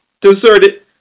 deserted